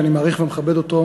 ואני מעריך ומכבד אותו,